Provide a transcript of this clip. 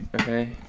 Okay